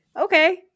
okay